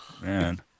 Man